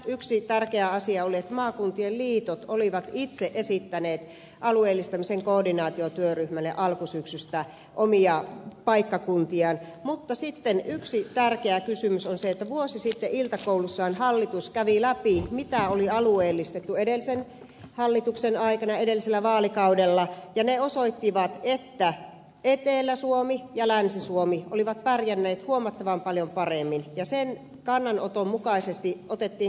yksi tärkeä asia oli että maakuntien liitot olivat itse esittäneet alueellistamisen koordinaatiotyöryhmälle alkusyksystä omia paikkakuntiaan mutta sitten yksi tärkeä kysymys on se että vuosi sitten iltakoulussaan hallitus kävi läpi mitä oli alueellistettu edellisen hallituksen aikana edellisellä vaalikaudella ja ne tiedot osoittivat että etelä suomi ja länsi suomi olivat pärjänneet huomattavan paljon paremmin ja sen kannanoton mukaisesti otettiin